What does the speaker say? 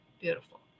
beautiful